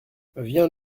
viens